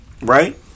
right